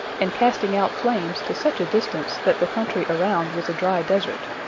and casting out flames to such a distance that the country around was a dry desert.